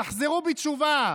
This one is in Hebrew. תחזרו בתשובה.